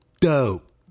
dope